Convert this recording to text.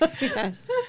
Yes